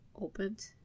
opened